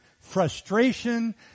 frustration